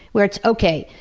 where it's, okay,